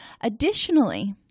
Additionally